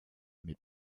mit